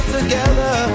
together